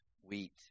wheat